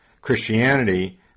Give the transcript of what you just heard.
Christianity